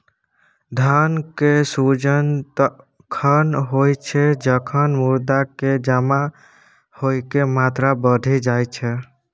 धन के सृजन तखण होइ छै, जखन मुद्रा के जमा होइके मात्रा बढ़ि जाई छै